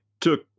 took